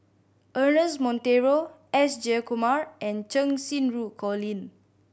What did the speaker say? Ernest Monteiro S Jayakumar and Cheng Xinru Colin